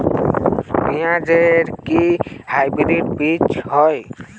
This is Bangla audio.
পেঁয়াজ এর কি হাইব্রিড বীজ হয়?